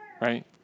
right